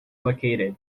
located